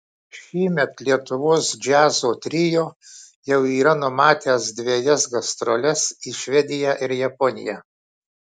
šįmet lietuvos džiazo trio jau yra numatęs dvejas gastroles į švediją ir japoniją